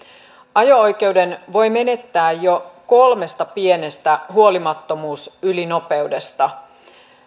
ajo oikeuden voi menettää jo kolmesta pienestä huolimattomuusylinopeudesta